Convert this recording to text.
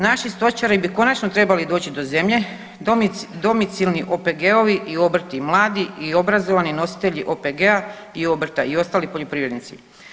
Naši stočari bi konačno trebali doći do zemlje domicilni OPG-ovi i obrti, mladi i obrazovani nositelji OPG-a i obrta i ostali poljoprivrednici.